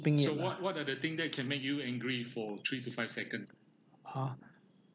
think it ah ha